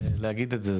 להגיד את זה,